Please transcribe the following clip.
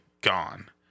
gone